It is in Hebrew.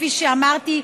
כפי שאמרתי,